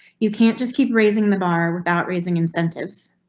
you can't just keep raising the bar without raising incentives.